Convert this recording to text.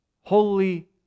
holy